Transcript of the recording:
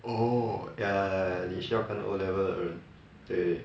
oh ya ya ya ya 你需要跟 O level 的人